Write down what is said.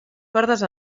cordes